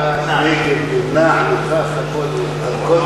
בעד, נגד, נמנע, הכול תופס.